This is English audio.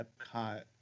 Epcot